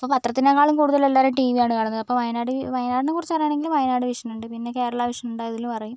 ഇപ്പോൾ പത്രത്തിനേക്കാളും കൂടുതൽ എല്ലാവരും ടി വി ആണ് കാണുന്നത് ഇപ്പോൾ വയനാട് വയനാടിനെക്കുറിച്ച് അറിയണോങ്കിൽ വയനാട് വിഷൻ ഉണ്ട് പിന്നെ കേരള വിഷൻ ഉണ്ട് അതിലും അറിയും